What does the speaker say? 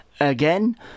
again